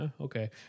Okay